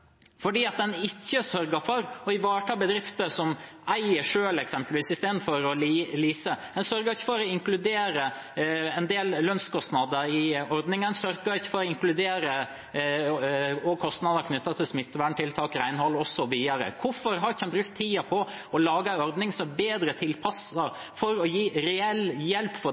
fordi den ikke sørger for å ivareta bedrifter som eier selv istedenfor å lease, f.eks. En har ikke sørget for å inkludere en del lønnskostnader i ordningen. En har ikke sørget for også å inkludere kostnader som er knyttet til smitteverntiltak, renhold osv. Hvorfor har en ikke brukt tiden på å lage en ordning som er bedre tilpasset, for å gi reell hjelp